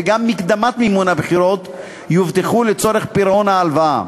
וגם מקדמות מימון הבחירות יובטחו לצורך פירעון ההלוואה